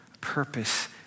purpose